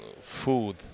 food